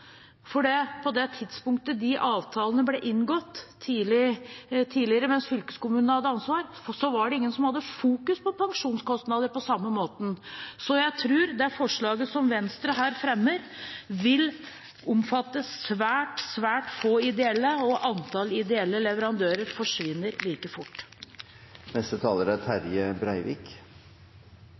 på det tidspunktet de avtalene ble inngått – tidligere, mens fylkeskommunen hadde ansvar – var det ingen som hadde fokus på pensjonskostnadene på samme måte. Så jeg tror det forslaget som Venstre her fremmer, vil omfatte svært, svært få ideelle, og antallet ideelle leverandører forsvinner like